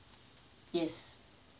yes